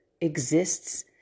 exists